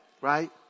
right